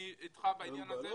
אני איתך בעניין הזה.